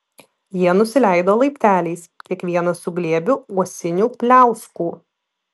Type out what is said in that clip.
jie nusileido laipteliais kiekvienas su glėbiu uosinių pliauskų